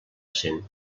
cent